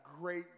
great